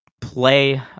play